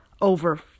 over